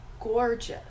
gorgeous